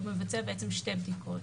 הוא מבצע שתי בדיקות,